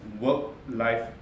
work-life